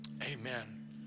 Amen